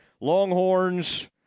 Longhorns